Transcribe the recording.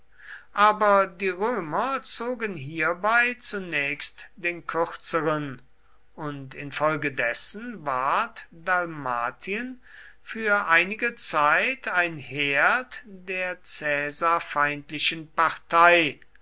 aber die römer zogen hierbei zunächst den kürzeren und infolgedessen ward dalmatien für einige zeit ein herd der caesar feindlichen partei